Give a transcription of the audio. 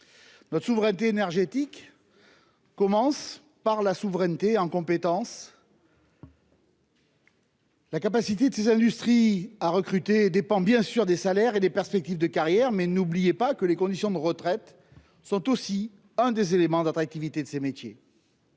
Notre souveraineté énergétique commence par la souveraineté en compétences. La capacité de ces industries à recruter dépend bien sûr des salaires et des perspectives de carrière, mais n'oubliez pas que les conditions de retraite sont également un élément d'attractivité. Aussi,